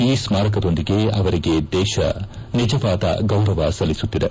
ಈ ಸ್ಥಾರಕದೊಂದಿಗೆ ಅವರಿಗೆ ದೇಶ ನಿಜವಾದ ಗೌರವ ಸಲ್ಲಿಸುತ್ತಿದೆ